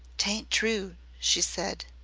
t ain't true, she said.